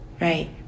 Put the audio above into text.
Right